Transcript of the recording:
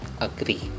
agree